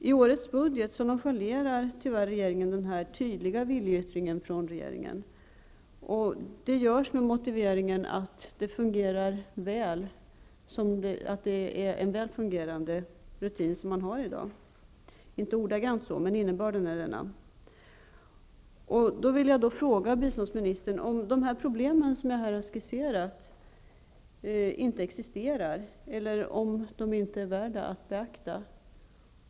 I årets budget nonchalerar tyvärr regeringen denna tydliga viljeyttring från riksdagen. Motiveringen är att man i dag har en väl fungerande rutin. Regeringen säger inte ordagrant så, men innebörden är denna. Jag vill fråga biståndsministern om de problem som jag här har skisserat inte existerar, eller om de inte är värda att beaktas.